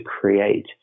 create